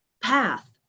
path